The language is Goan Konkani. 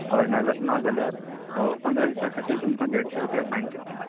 हय ना जाल्यार पंदरां दिसां खातीर तुमकां देडशें रुपया फायन पडटली